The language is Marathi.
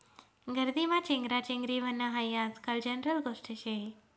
गर्दीमा चेंगराचेंगरी व्हनं हायी आजकाल जनरल गोष्ट शे